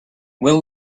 will